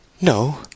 No